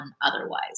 otherwise